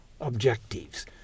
objectives